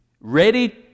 ready